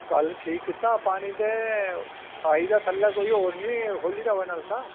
कल्ल ठीक कीता पानी ते आई गेदा ते थल्ले कोई होर निं खोल्ली दा होऐ नलका